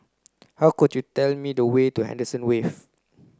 hill could you tell me the way to Henderson Wave